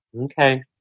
Okay